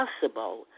possible